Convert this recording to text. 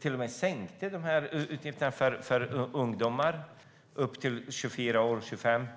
till och med sänkte arbetsgivaravgifterna för ungdomar upp till 25 år.